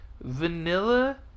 vanilla